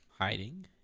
hiding